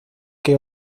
que